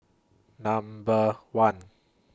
Number one